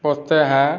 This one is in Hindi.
पोसते हैं